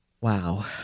Wow